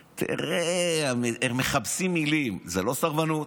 תראה, הם מחפשים מילים, זו לא סרבנות,